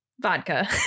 Vodka